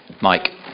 Mike